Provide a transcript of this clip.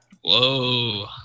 Whoa